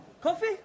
Coffee